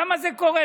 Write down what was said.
למה זה קורה?